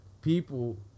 people